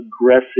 aggressive